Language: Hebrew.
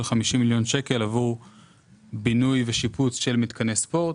50 מיליון שקל עבור בינוי ושיפוץ של מתקני ספורט